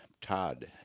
Todd